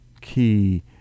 key